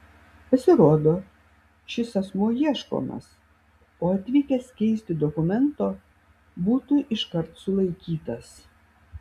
pasirodo šis asmuo ieškomas o atvykęs keisti dokumento būtų iškart sulaikytas